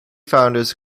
founders